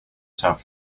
tough